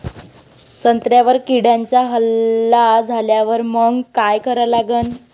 संत्र्यावर किड्यांचा हल्ला झाल्यावर मंग काय करा लागन?